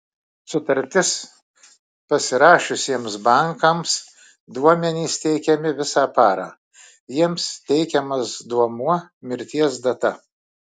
sutartis pasirašiusiems bankams duomenys teikiami visą parą jiems teikiamas duomuo mirties data